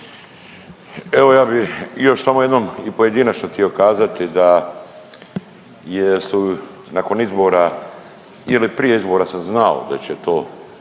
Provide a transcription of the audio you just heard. Evo ja bi još samo jednom i pojedinačno htio kazati da jesu nakon izbora ili prije izbora sam znao da će to